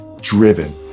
driven